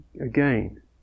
again